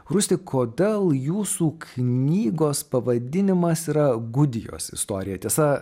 rūsti kodėl jūsų knygos pavadinimas yra gudijos istorija tiesa